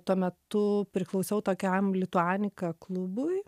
tuo metu priklausiau tokiam lituanika klubui